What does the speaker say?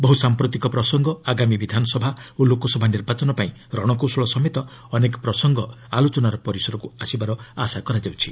ବହୁ ସାମ୍ପ୍ରତିକ ପ୍ରସଙ୍ଗ ଆଗାମୀ ବିଧାନସଭା ଓ ଲୋକସଭା ନିର୍ବାଚନପାଇଁ ରଣକୌଶଳ ସମେତ ଅନେକ ପ୍ରସଙ୍ଗ ଆଲୋଚନାର ପରିସରକୁ ଆସିବାର ଆଶା କରାଯାଉଛି